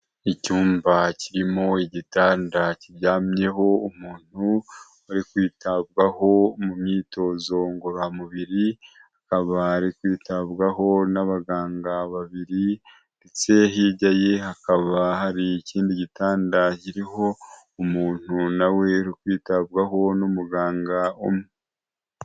Icyumba kirimo igitanda kiryamyeho umuntu uri kwitabwaho mu myitozo ngorora mubiri, akaba ari kwitabwaho n'abaganga babiri ndetse hirya ye hakaba hari ikindi gitanda kiriho umuntu nawe uri kwitabwaho n'umuganga umwe.